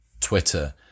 Twitter